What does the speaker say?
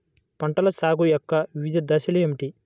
పంటల సాగు యొక్క వివిధ దశలు ఏమిటి?